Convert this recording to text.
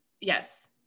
Yes